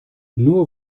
nur